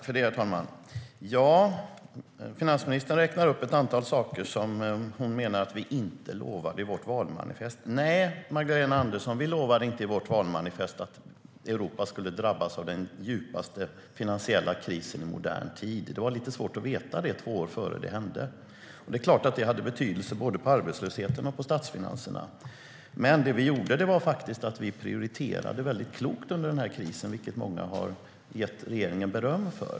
Herr talman! Finansministern räknar upp ett antal saker som hon menar att vi inte lovade i vårt valmanifest. Nej, Magdalena Andersson, vi lovade inte i vårt valmanifest att Europa skulle drabbas av den djupaste finansiella krisen i modern tid. Det var lite svårt att veta det två år innan det hände. Det är klart att det hade betydelse både för arbetslösheten och för statsfinanserna. Men det vi gjorde var att vi prioriterade klokt under krisen, vilket många har gett regeringen beröm för.